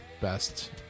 best